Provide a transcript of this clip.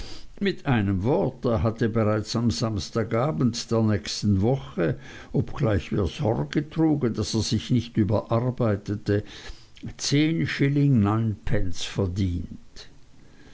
mit einem wort er hatte bereits am samstag abend der nächsten woche obgleich wir sorge trugen daß er sich nicht überarbeitete zehn schilling neun pence verdient